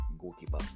Goalkeeper